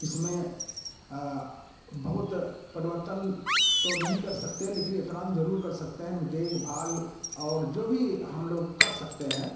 इसमें आए बहुत परिवर्तन तो नहीं कर सकते लेकिन इतना तो जरूर कर सकते हैं देखभाल और जो भी हम लोग कर सकते हैं